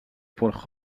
pour